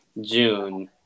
June